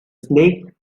snake